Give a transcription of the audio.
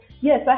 Yes